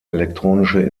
elektronische